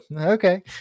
okay